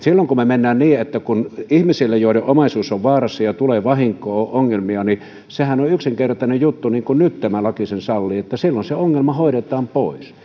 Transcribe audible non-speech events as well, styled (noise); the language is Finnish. (unintelligible) silloin kun ihmisten omaisuus on vaarassa ja tulee vahinkoa ja ongelmia niin sehän on on yksinkertainen juttu eli niin kuin nyt tämä laki sen sallii silloin se ongelma hoidetaan pois